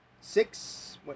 six